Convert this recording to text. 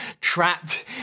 Trapped